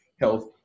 health